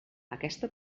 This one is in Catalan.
aquesta